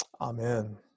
Amen